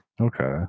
Okay